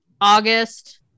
August